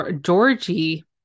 Georgie